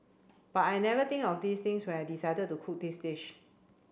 but I never think of these things when I decided to cook this dish